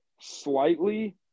slightly